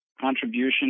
contribution